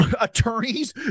attorneys